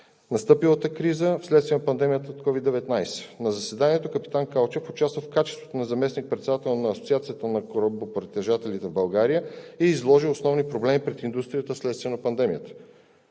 настъпилата криза вследствие пандемията от COVID-19. На заседанието капитан Калчев участва в качеството на заместник-председател на Асоциацията на корабопритежателите в България и изложи основни проблеми пред индустрията вследствие на пандемията.